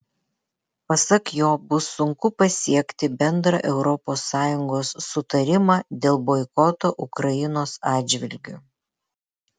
pasak jo bus sunku pasiekti bendrą europos sąjungos sutarimą dėl boikoto ukrainos atžvilgiu